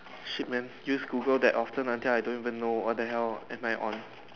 shit man use Google that often until I don't even know what the hell am I on